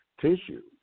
tissue